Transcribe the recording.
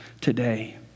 today